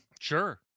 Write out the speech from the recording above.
Sure